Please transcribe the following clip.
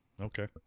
Okay